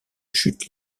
chute